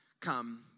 come